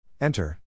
Enter